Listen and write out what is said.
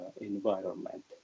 environment